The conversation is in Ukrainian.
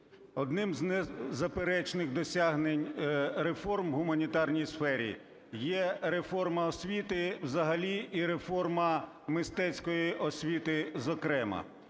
Одним з незаперечних досягнень реформ у гуманітарній сфері є реформа освіти взагалі і реформа мистецької освіти зокрема.